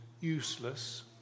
useless